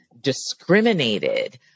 discriminated